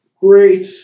great